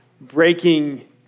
breaking